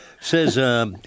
says